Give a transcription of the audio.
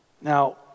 Now